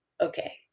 Okay